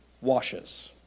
washes